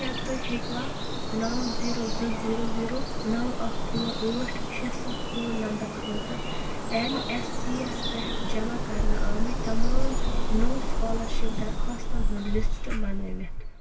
کیٛاہ تُہۍ ہیٚکوا نَو زیٖرَو زٕ زیٖرَو نَو اَکھ ژور ٲٹھ شےٚ سَتھ فون نمبر خٲطرٕ این ایس پی یَس پٮ۪ٹھ جمع کَرنہٕ آمٕتۍ تمام نوٚو سُکالرشِپ درخواستن ہُنٛد لِسٹ بنٲوِتھ